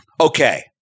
Okay